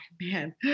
man